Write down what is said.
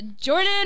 jordan